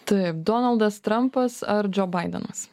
taip donaldas trampas ar džo baidenas